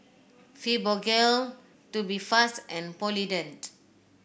Fibogel Tubifast and Polident